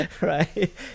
Right